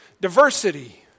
diversity